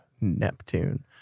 Neptune